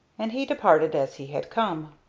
and he departed as he had come.